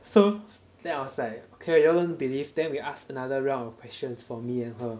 so then I was like okay I don't believe then we asked another round of questions for me and her